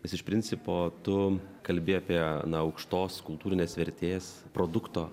nes iš principo tu kalbi apie na aukštos kultūrinės vertės produkto